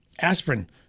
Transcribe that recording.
aspirin